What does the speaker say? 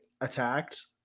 attacked